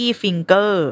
finger